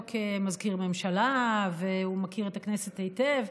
כמזכיר הממשלה והוא מכיר את הכנסת היטב.